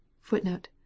Footnote